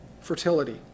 Fertility